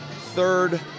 third